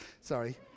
Sorry